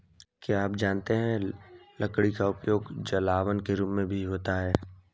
क्या आप जानते है लकड़ी का उपयोग जलावन के रूप में भी होता है?